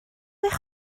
eich